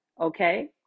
okay